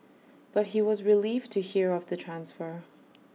but he was relieved to hear of the transfer